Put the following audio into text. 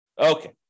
Okay